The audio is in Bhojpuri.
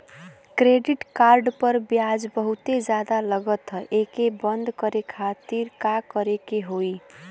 क्रेडिट कार्ड पर ब्याज बहुते ज्यादा लगत ह एके बंद करे खातिर का करे के होई?